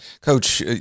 Coach